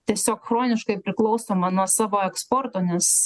tiesiog chroniškai priklausoma nuo savo eksporto nes